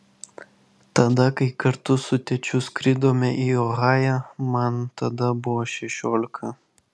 tada kai kartu su tėčiu skridome į ohają man tada buvo šešiolika